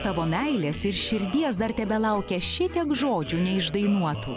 tavo meilės ir širdies dar tebelaukia šitiek žodžių neišdainuotų